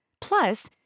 plus